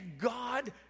God